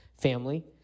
family